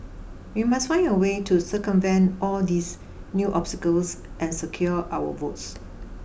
we must find a way to circumvent all these new obstacles and secure our votes